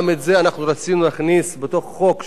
גם את זה רצינו להכניס בתוך החוק שלנו,